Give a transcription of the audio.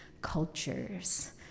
cultures